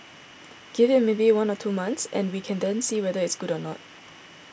give it maybe one or two months and we can then see whether it is good or not